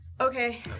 Okay